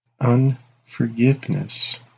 Unforgiveness